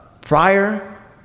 prior